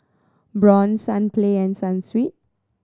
Braun Sunplay and Sunsweet